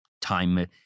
time